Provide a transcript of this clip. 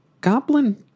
Goblin